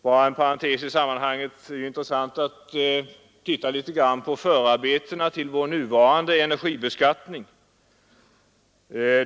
Som en parentes i sammanhanget vill jag säga att det är intressant att se litet på förarbetena till vår nuvarande energibeskattning.